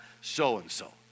so-and-so